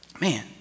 man